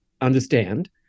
understand